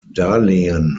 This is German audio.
darlehen